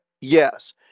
Yes